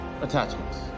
Attachments